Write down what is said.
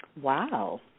Wow